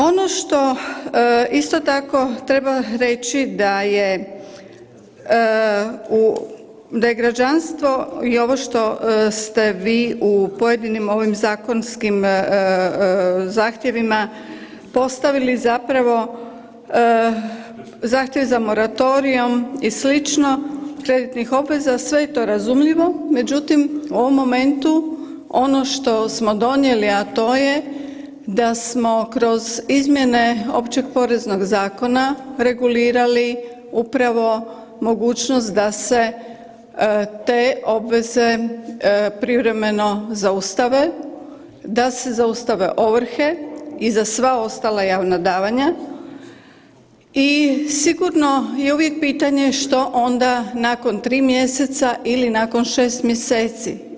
Ono što isto tako treba reći da je u, da je građanstvo i ovo što ste vi u pojedinim ovim zakonskim zahtjevima postavili zapravo, zahtjev za moratorijem i sl. kreditnih obveza sve je to razumljivo, međutim u ovom momentu ono što smo donijeli, a to je da smo kroz izmjene Općeg poreznog zakona regulirali upravo mogućnost da se te obveze privremeno zaustave, da se zaustave ovrhe i za sva ostala javna davanja i sigurno je uvijek pitanje što onda nakon 3 mjeseca ili nakon 6 mjeseci.